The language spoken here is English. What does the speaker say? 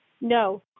No